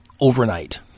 overnight